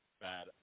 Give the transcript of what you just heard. bad